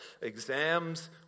exams